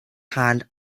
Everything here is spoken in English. hand